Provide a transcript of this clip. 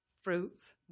fruits